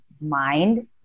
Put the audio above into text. mind